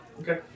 Okay